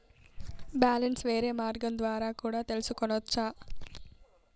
Balance వేరే మార్గం ద్వారా కూడా తెలుసుకొనొచ్చా?